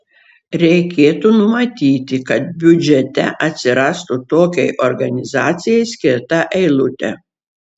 reikėtų numatyti kad biudžete atsirastų tokiai organizacijai skirta eilutė